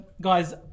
guys